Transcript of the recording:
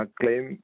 claim